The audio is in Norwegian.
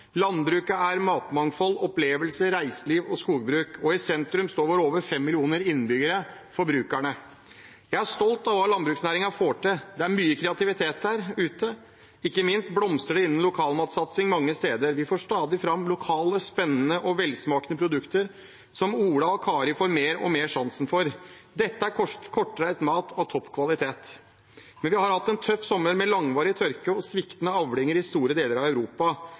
Landbruket er matmangfold, opplevelser, reiseliv og skogbruk. Og i sentrum står våre over 5 millioner innbyggere – forbrukerne. Jeg er stolt av hva landbruksnæringen får til. Det er mye kreativitet der ute. Ikke minst blomstrer det innen lokalmatsatsing mange steder. Vi får stadig fram lokale, spennende og velsmakende produkter som Ola og Kari får mer og mer sansen for. Dette er kortreist mat av topp kvalitet. Men vi har hatt en tøff sommer, med langvarig tørke og sviktende avlinger i store deler av Europa